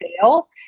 fail